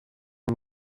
and